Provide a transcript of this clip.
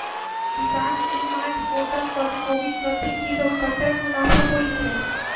किसान e mart portal पर कोबी प्रति किलो कतै मुनाफा होइ छै?